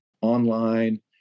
online